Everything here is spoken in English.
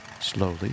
Slowly